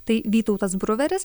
tai vytautas bruveris